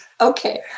Okay